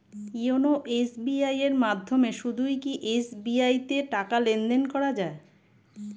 YONO SBI এর মাধ্যমে শুধুই কি এস.বি.আই তে টাকা লেনদেন করা যায়?